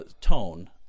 tone